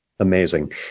Amazing